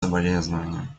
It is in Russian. соболезнования